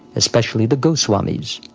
especially the goswamis.